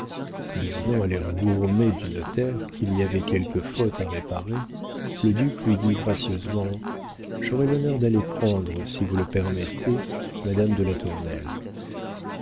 devinant à l'air gourmé du notaire qu'il y avait quelque faute à réparer le duc lui dit gracieusement j'aurai l'honneur d'aller prendre si vous le permettez madame de latournelle